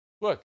look